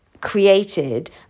created